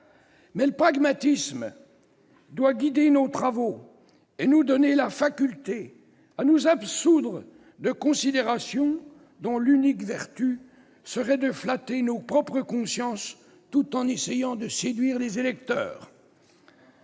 Or le pragmatisme doit guider nos travaux et nous donner la faculté de nous abstraire de considérations dont l'unique vertu serait de flatter nos propres consciences tout en essayant de séduire les électeurs.